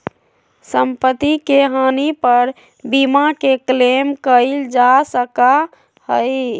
सम्पत्ति के हानि पर बीमा के क्लेम कइल जा सका हई